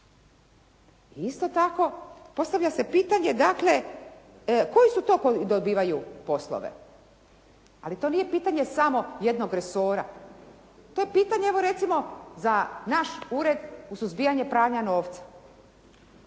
isto tako postavlja se pitanje dakle koji su to koji dobivaju poslove. Ali to nije pitanje samo jednog resora. To je pitanje evo recimo za naš ured u suzbijanju pranja novca.